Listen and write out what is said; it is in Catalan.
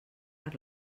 per